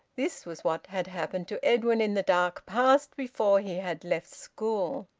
this was what had happened to edwin in the dark past, before he had left school.